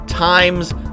Times